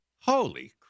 Holy